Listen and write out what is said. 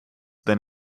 than